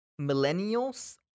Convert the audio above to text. Millennials